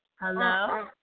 Hello